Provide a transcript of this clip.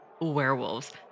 werewolves